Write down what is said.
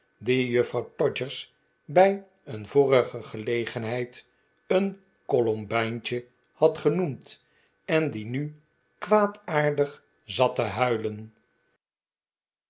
juffrouw todgers bij een vorige gelegenheid een colombijntje had genoemd en die nu kwaadaardig zat te huilen